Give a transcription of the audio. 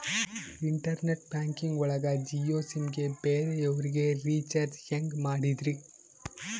Internet banking ಒಳಗ Jio SIM ಗೆ ಬೇರೆ ಅವರಿಗೆ ರೀಚಾರ್ಜ್ ಹೆಂಗ್ ಮಾಡಿದ್ರಿ?